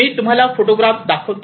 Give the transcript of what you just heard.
मी तुम्हाला काही फोटोग्राफ दाखवतो